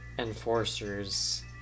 enforcers